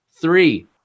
Three